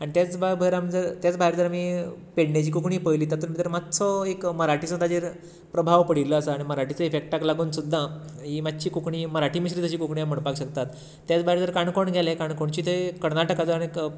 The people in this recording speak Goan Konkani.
आनी तेच बराबर आनी तेच भायर जर आमी पेडणेची कोंकणी पळयली तातूंत भितर मातसो एक मराठीचो ताचेर प्रभाव पडिल्लो आसा आनी मराठीच्या इफेक्टाक लागून सुद्दां ही मातशी कोंकणी मराठी मिश्रीत अशी कोंकणी अशें आमी म्हणपाक शकतात त्याच भायर जर काणकोण गेले जाल्यार काणकोणची ते कर्नाटकाचो आनी